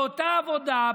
באותה עבודה,